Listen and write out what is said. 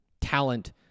talent